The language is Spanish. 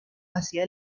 hacia